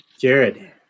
Jared